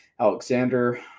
Alexander